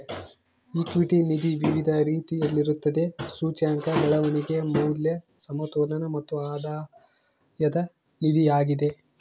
equity ನಿಧಿ ವಿವಿಧ ರೀತಿಯಲ್ಲಿರುತ್ತದೆ, ಸೂಚ್ಯಂಕ, ಬೆಳವಣಿಗೆ, ಮೌಲ್ಯ, ಸಮತೋಲನ ಮತ್ತು ಆಧಾಯದ ನಿಧಿಯಾಗಿದೆ